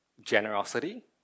generosity